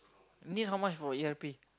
need how much for E_R_P